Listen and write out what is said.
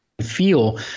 feel